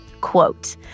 Quote